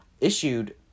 issued